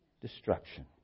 destruction